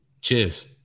Cheers